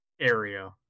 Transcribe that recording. area